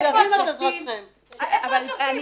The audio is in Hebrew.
איפה השופטים?